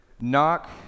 Knock